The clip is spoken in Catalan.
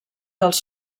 dels